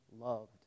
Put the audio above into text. loved